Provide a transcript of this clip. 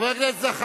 חבר הכנסת זחאלקה.